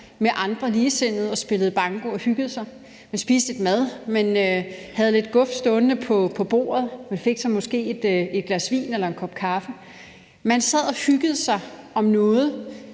med andre ligesindede og spillede banko og hyggede sig, man spiste lidt mad, man havde lidt guf stående på bordet, og man fik sig måske et glas vin eller en kop kaffe. Man sad og hyggede sig om noget,